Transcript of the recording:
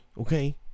okay